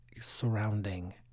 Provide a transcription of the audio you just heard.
surrounding